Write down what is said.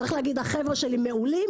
צריך להגיד: החבר'ה שלי מעולים,